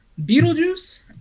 Beetlejuice